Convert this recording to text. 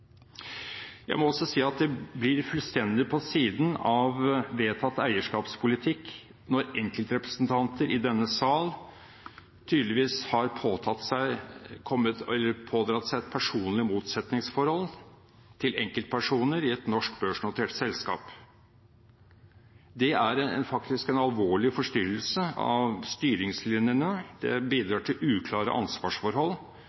Jeg må også si at det blir fullstendig på siden av vedtatt eierskapspolitikk når enkeltrepresentanter i denne sal tydeligvis har pådratt seg et personlig motsetningsforhold til enkeltpersoner i et norsk børsnotert selskap. Det er faktisk en alvorlig forstyrrelse av styringslinjene, det